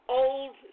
old